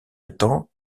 étant